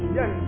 Yes